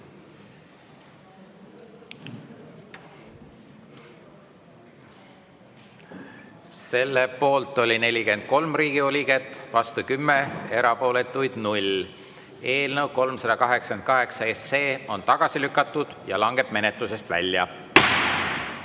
Selle poolt oli 43 Riigikogu liiget, vastu 10, erapooletuid 0. Eelnõu 388 on tagasi lükatud ja langeb menetlusest välja.